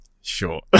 sure